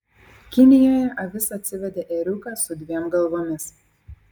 kinijoje avis atsivedė ėriuką su dviem galvomis